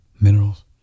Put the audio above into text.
minerals